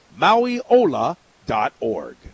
mauiola.org